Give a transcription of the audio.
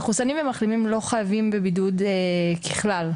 מחוסנים ומחלימים לא חייבים בבידוד ככלל.